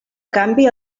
canvi